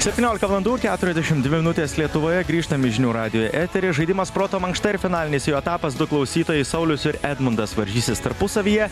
septyniolika valandų keturiasdešim dvi minutės lietuvoje grįžtam į žinių radijo eterį žaidimas proto mankšta ir finalinis jo etapas du klausytojai saulius ir edmundas varžysis tarpusavyje